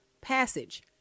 passage